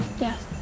Yes